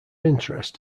interest